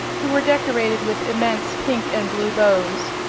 who were decorated with immense pink and blue bows.